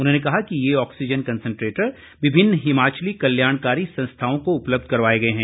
उन्होंने कहा कि ये ऑक्सीजन कंसन्ट्रेटर विभिन्न हिमाचली कल्याणकारी संस्थाओं को उपलब्ध करवाए गए हैं